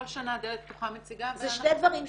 כל שנה דלת פתוחה מציגה -- זה שני דברים שונים.